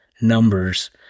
numbers